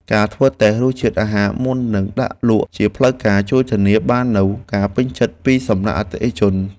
ការធ្វើតេស្តរសជាតិអាហារមុននឹងដាក់លក់ជាផ្លូវការជួយធានាបាននូវការពេញចិត្តពីសំណាក់អតិថិជន។